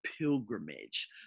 pilgrimage